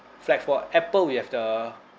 like for apple we have the